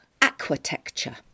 aquitecture